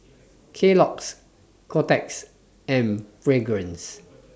Kellogg's Kotex and Fragrance